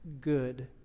good